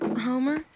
Homer